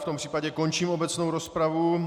V tom případě končím obecnou rozpravu.